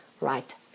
right